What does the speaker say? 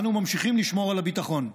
אנו ממשיכים לשמור על הביטחון.